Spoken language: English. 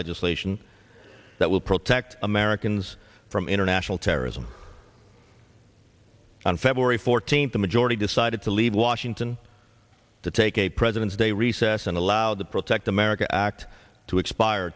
legislation that will protect americans from international terrorism on february fourteenth the majority decided to leave washington to take a president's day recess and allow the protect america act to expire